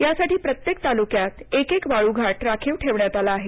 या साठी प्रत्येक तालुक्यात एक एक वाळू घाट राखीव ठेवण्यात आला आहे